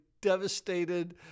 devastated